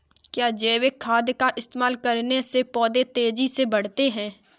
क्या जैविक खाद का इस्तेमाल करने से पौधे तेजी से बढ़ते हैं?